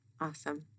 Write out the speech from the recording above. Awesome